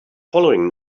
following